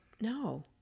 no